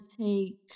take